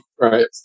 right